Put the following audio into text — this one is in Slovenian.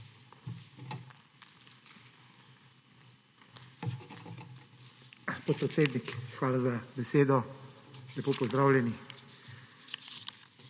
hvala za besedo. Lepo pozdravljeni!